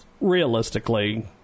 realistically